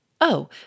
Oh